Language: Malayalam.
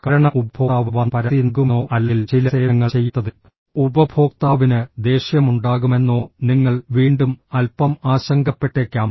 കാരണം ഉപഭോക്താവ് വന്ന് പരാതി നൽകുമെന്നോ അല്ലെങ്കിൽ ചില സേവനങ്ങൾ ചെയ്യാത്തതിൽ ഉപഭോക്താവിന് ദേഷ്യമുണ്ടാകുമെന്നോ നിങ്ങൾ വീണ്ടും അൽപ്പം ആശങ്കപ്പെട്ടേക്കാം